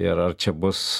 ir ar čia bus